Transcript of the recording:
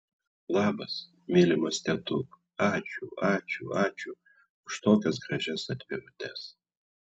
labas mylimas tetuk ačiū ačiū ačiū už tokias gražias atvirutes